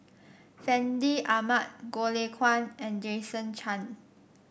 Fandi Ahmad Goh Lay Kuan and Jason Chan